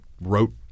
wrote